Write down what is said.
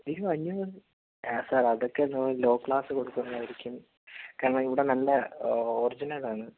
ഇയ്യോ അജ്ജൂറു സർ അതൊക്കെ ലോ ക്ലാസ് കൊടുക്കുന്നതായിരിക്കും കാരണം ഇവിടെ നമ്മളുടെ ഒറിജിനലാണ്